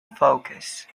focus